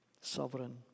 Sovereign